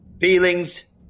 Feelings